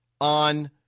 on